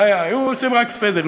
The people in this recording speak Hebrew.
היו עושים רק סוודרים,